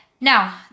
Now